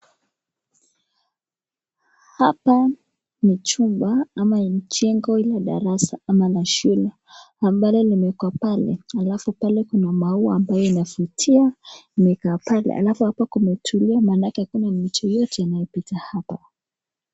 Hapa ni chumba ama jengo ya darasa ama la shule ambalo limewekwa pale. Halafu pale kuna maua ambayo inavutia halafu hapo imetulia manake hakuna mtu yeyote anayepita hapa